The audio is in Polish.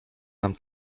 nam